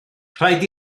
rhaid